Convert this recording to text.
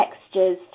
textures